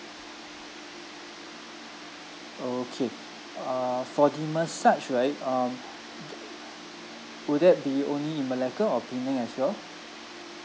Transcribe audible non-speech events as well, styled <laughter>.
okay uh for the massage right um <noise> would that be only in malacca or penang as well